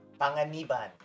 Panganiban